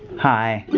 hi!